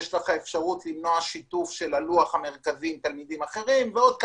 יש אפשרות למנוע שיתוף של הלוח המרכזי עם תלמידים אחרים ועוד.